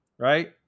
Right